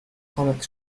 comic